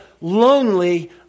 lonely